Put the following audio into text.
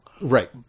right